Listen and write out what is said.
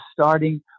starting